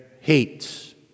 hates